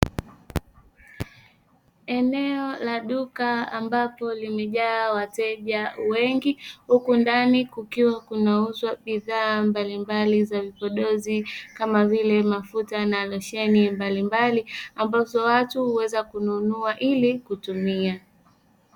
Eneo la duka ambapo limejaa wateja wengi huku ndani kukiwa kunauzwa bidhaa mbalimbali za vipodozi kama vile mafuta na losheni mbalimbali ambazo watu kuweza kununua ili kutumia.